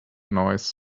noise